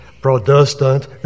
Protestant